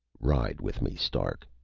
ride with me, stark,